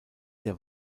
der